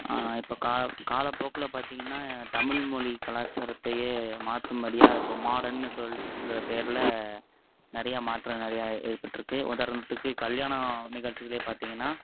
இப்போ கா காலப்போக்கில் பார்த்தீங்கன்னா தமிழ்மொழி கலாச்சாரத்தையே மாற்றும்படியா இப்போது மாடன்னு சொல்ங்கிற பேரில் நிறையா மாற்றம் நிறையா ஏற்பட்டிருக்கு உதாரணத்துக்கு கல்யாண நிகழ்ச்சிகள் பார்த்தீங்கன்னா